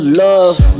love